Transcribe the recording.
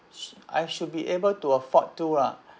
I should be able to afford to lah